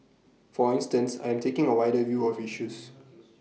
for instance I am taking A wider view of issues